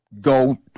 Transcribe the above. go